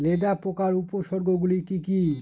লেদা পোকার উপসর্গগুলি কি কি?